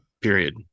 period